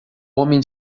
homem